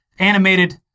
animated